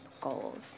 goals